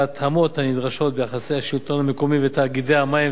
הנדרשות ביחסי השלטון המקומי ותאגידי המים והביוב,